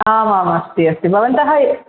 आमाम् अस्ति अस्ति भवन्तः